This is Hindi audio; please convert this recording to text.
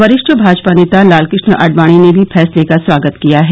वरिष्ठ भाजपा नेता लालकृष्ण आडवाणी ने भी फैसले का स्वागत किया है